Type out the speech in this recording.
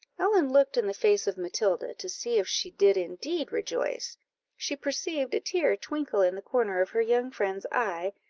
ellen looked in the face of matilda, to see if she did indeed rejoice she perceived a tear twinkle in the corner of her young friend's eye,